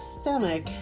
stomach